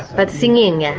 but singing, and